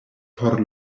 por